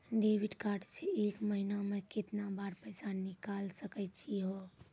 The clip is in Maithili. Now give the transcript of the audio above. डेबिट कार्ड से एक महीना मा केतना बार पैसा निकल सकै छि हो?